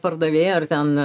pardavėjo ir ten